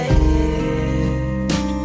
head